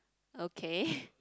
okay